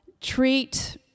treat